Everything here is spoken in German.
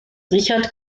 richard